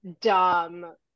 dumb